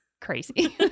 crazy